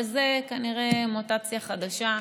וזו כנראה מוטציה חדשה.